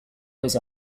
was